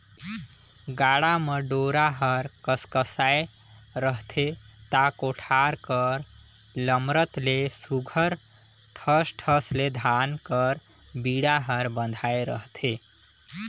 गाड़ा म डोरा हर कसकसाए रहथे ता कोठार कर लमरत ले सुग्घर ठस ठस ले धान कर बीड़ा हर बंधाए रहथे